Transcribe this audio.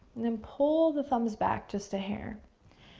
and then pull the thumbs back just a hair.